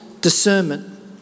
discernment